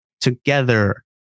together